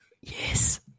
Yes